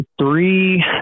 three